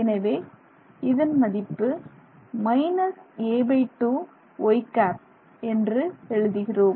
எனவே இதன் மதிப்பு a2 y ̂ எழுதுகிறோம்